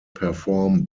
perform